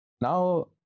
Now